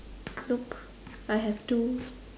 nope I have two